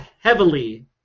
heavily